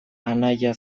anaia